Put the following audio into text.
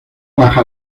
baja